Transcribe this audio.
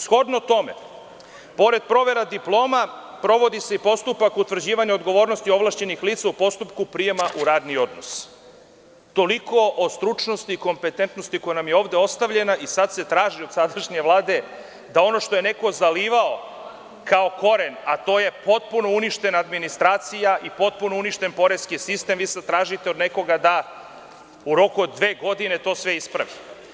Shodno tome, pored provera diploma, sprovodi se i postupak utvrđivanja odgovornosti ovlašćenih lica u postupku prijema u radni odnos.“ Toliko o stručnosti i kompetentnosti koja nam je ovde ostavljena i sada se traži od sadašnje Vlade da ono što je neko zalivao kao koren, a to je potpuno uništena administracija i potpuno uništen poreski sistem, vi sad tražite od nekoga da u roku od dve godine sve to ispravi.